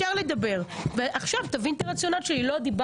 אם אתם בחרתם שלא, זה עניין שלכם.